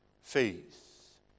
faith